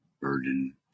burden